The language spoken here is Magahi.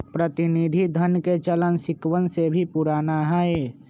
प्रतिनिधि धन के चलन सिक्कवन से भी पुराना हई